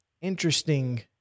interesting